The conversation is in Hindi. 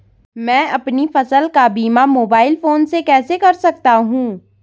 मैं अपनी फसल का बीमा मोबाइल फोन से कैसे कर सकता हूँ?